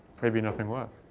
maybe nothing was.